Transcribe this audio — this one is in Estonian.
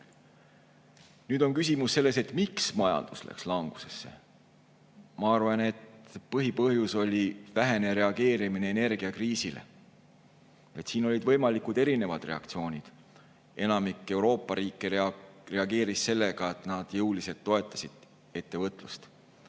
Nüüd on küsimus selles, miks majandus läks langusesse. Ma arvan, et põhipõhjus oli vähene reageerimine energiakriisile. Oli võimalikke erinevaid reaktsioone. Enamik Euroopa riike reageeris sellega, et nad jõuliselt toetasid ettevõtlust.